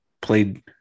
played